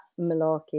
malarkey